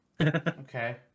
Okay